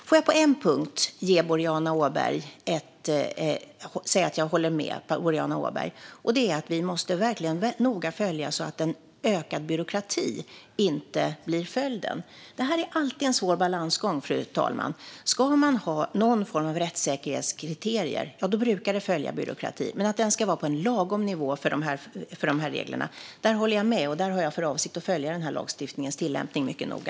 Får jag på en punkt säga att jag håller med Boriana Åberg. Det är att vi verkligen noga måste följa detta så att en ökad byråkrati inte blir följden. Det här är alltid en svår balansgång, fru talman. Ska man ha någon form av rättssäkerhetskriterier brukar det följa byråkrati, men att den ska vara på en lagom nivå för de här reglerna håller jag med om, och jag har för avsikt att följa den här lagstiftningens tillämpning mycket noga.